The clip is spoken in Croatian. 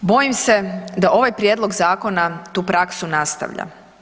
Bojim se da ovaj prijedlog zakona tu praksu nastavlja.